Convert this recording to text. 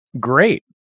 great